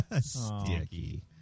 Sticky